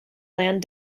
land